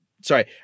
Sorry